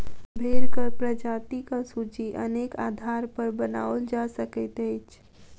भेंड़क प्रजातिक सूची अनेक आधारपर बनाओल जा सकैत अछि